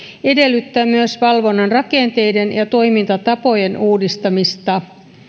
edellyttää myös valvonnan rakenteiden ja toimintatapojen uudistamista